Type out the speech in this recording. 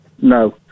No